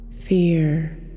fear